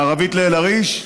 מערבית לאל-עריש,